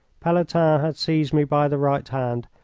pelletan had seized me by the right hand,